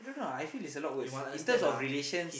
no I feel it's a lot of worse in terms of relations